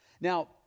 Now